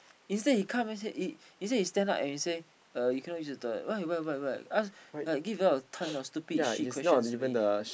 instead he come and say he he say he stand up and say uh you cannot use the toilet why why why why like give a lot of ton of stupid questions to me